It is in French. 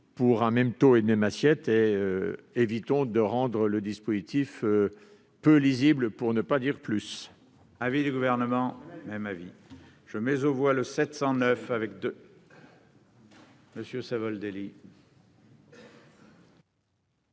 à un même taux et sur une même assiette. Évitons de rendre le dispositif peu lisible, pour ne pas dire plus